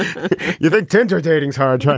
ah yeah tenzer dating is harder